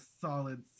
solid